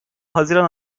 haziran